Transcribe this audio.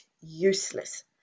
useless